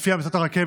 לפי המלצת הרכבת,